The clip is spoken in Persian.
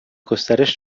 گسترش